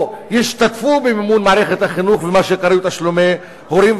ישתתפו במימון מערכת החינוך ובמה שקרוי תשלומי הורים,